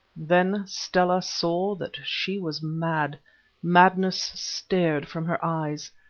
then stella saw that she was mad madness stared from her eyes.